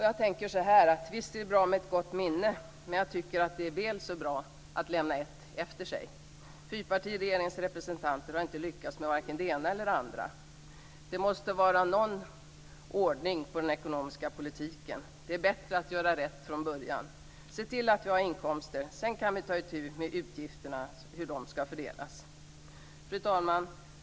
Jag tänker så här: Visst är det bra med ett gott minne, men jag tycker att det är väl så bra att lämna ett efter sig. Fyrpartiregeringens representanter har inte lyckats med vare sig det ena eller det andra. Det måste vara någon ordning på den ekonomiska politiken. Det är bättre att göra rätt från början. Se till att vi har inkomster! Sedan kan vi ta itu med utgifterna och hur de skall fördelas. Fru talman!